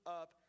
up